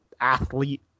athlete